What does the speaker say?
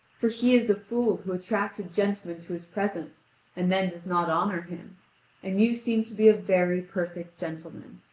for he is a fool who attracts a gentleman to his presence and then does not honour him and you seem to be a very perfect gentleman.